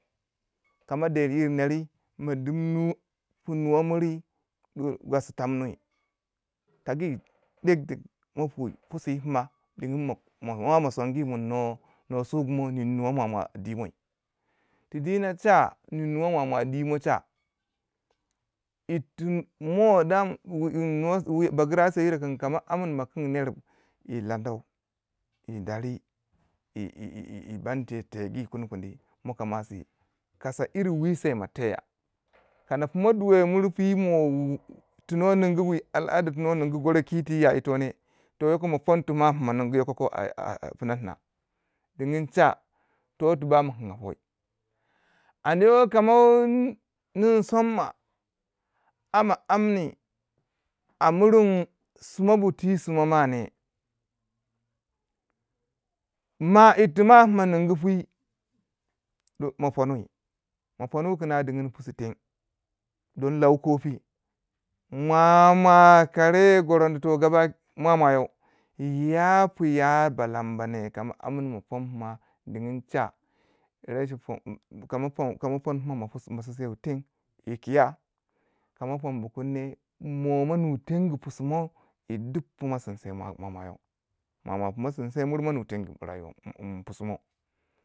ka ma degi yir neru ma dinmunu pu nuwa miri nye gwausi tamini ta gi dek dek ma puwi pusu yi pima diying mo ma mo songi kun nuwa su gu mo yi nuni nuwa maumau di moi, ti dina cha nuwa maumau dima cha yirti mo dan wu nyin nwo bagira sayiro kun kama amun mo kino neru yi lanau yi dari yi yi yi bantiye tegi kuni kuni moka mwausi kasa yiri wi se mo teya. Kana pumo duwe mur pimo wu tinwo ningu wu aladah pima wu ningu buri pi ti ya ito neh toh yoko mo pon tu ma pina ningu yokoko a a pina tina dinyin cha toyi to bamo kinga poi andon ka ma nin som ma a ma amni a miringyi sima bu ti sima mau neh ma yirti ma pima ningu pi mo mo poni, mo poni kuna dinyin pusu teng don lau ko pi mwamwa karen gweranito bangai mwamwa yo ya pu ya balamba neh kama amun ma pon pima diyin cha ya chika ka ma pon pima mo sinsiyewu teng yi kiya ka mo pon bu kuni ne mo mo nui tengu pisu mo yi duk pumo sinsiye mwamwa yo, mwamwa pumo sinsiye mur mo nui teng yi in pusu mo.